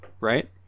right